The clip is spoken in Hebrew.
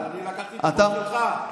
אבל אני לקחתי את החוק שלך.